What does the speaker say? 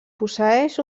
posseeix